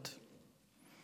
ונכבדות,